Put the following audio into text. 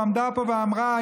שעמדה פה ואמרה,